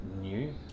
new